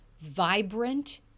vibrant